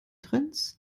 trends